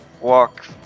walk